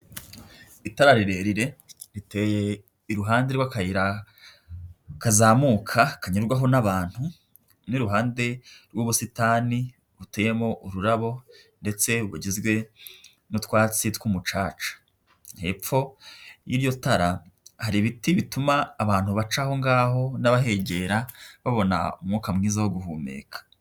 Itara rirerire riteye iruhande rw'akayira kazamuka kanyurwaho n'abantu n'iruhande rw'ubusitani buteyemo ururabo ndetse bugizwe n'utwatsi tw'umucaca, hepfo y'iryo tara hari ibiti bituma abantu baca aho ngaho n'abahegera babona umwuka mwiza wo guhumeka.